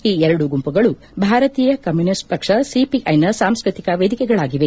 ಈ ಎರಡೂ ಗುಂಪುಗಳು ಭಾರತೀಯ ಕಮ್ನುನಿಸ್ತ್ ಪಕ್ಷ ಸಿಪಿಐನ ಸಾಂಸ್ತತಿಕ ವೇದಿಕೆಗಳಾಗಿವೆ